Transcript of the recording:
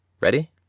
Ready